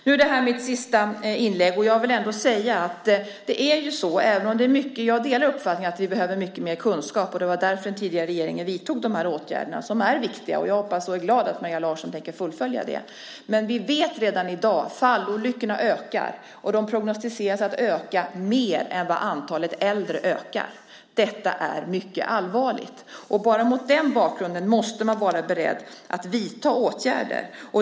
Nu är det här mitt sista inlägg. Jag delar uppfattningen att vi behöver mycket mer kunskap. Det var därför den tidigare regeringen vidtog de här åtgärderna som är viktiga. Jag är glad att Maria Larsson tänker fullfölja dem. Men vi vet redan i dag att fallolyckorna ökar, och de prognostiseras att öka mer än vad antalet äldre ökar. Detta är mycket allvarligt. Bara mot den bakgrunden måste man vara beredd att vidta åtgärder.